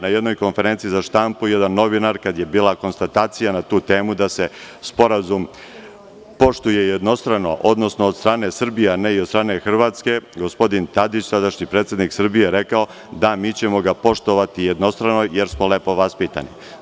Na jednoj konferenciji za štampu, jedan novinar, kada je bila konstatacija na tu temu da se sporazum poštuje jednostrano, odnosno od strane Srbije, ali ne i od strane Hrvatske, gospodin Tadić, tadašnji predsednik Srbije, je rekao – da, mi ćemo ga poštovati jednostrano, jer smo lepo vaspitani.